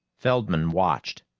feldman watched,